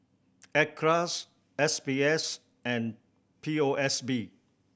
Acres S B S and P O S B